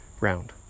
round